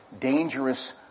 dangerous